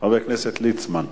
התשס"ט 2009,